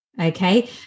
Okay